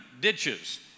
ditches